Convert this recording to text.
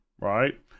right